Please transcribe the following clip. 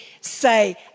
Say